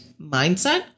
mindset